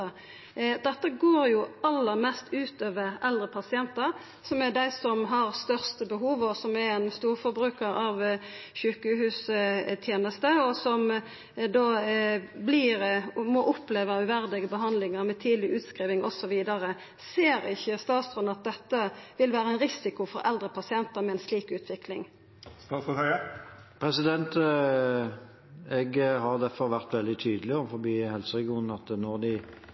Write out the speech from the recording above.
Dette går aller mest ut over eldre pasientar, som er dei som har størst behov, som er storforbrukarar av sjukehustenester, og som då må oppleva uverdige behandlingar med tidleg utskriving, osv. Ser ikkje statsråden at ei slik utvikling vil vera ein risiko for eldre pasientar? Det er derfor jeg har vært veldig tydelig overfor helseregionene om at når